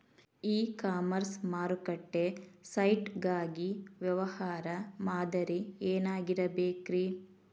E commerce ಮಾರುಕಟ್ಟೆ site ಗಾಗಿ ವ್ಯವಹಾರ ಮಾದರಿ ಏನಾಗಿರಬೇಕ್ರಿ?